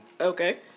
Okay